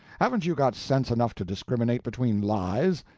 haven't you got sense enough to discriminate between lies!